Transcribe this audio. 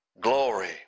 glory